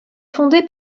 fondé